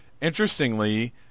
interestingly